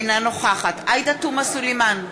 אינה נוכחת עאידה תומא סלימאן,